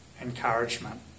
encouragement